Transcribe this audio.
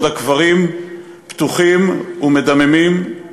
בעוד הקברים פתוחים ומדממים,